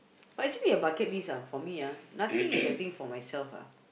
but actually ah bucket list ah for me ah nothing is I think for myself ah